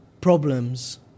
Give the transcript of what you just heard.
problems